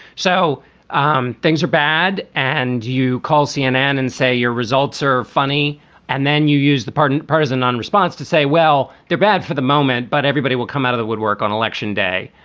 so um things are bad. bad. and you call cnn and say your results are funny and then you use the pardon partisan non-response to say, well, they're bad for the moment, but everybody will come out of the woodwork on election day.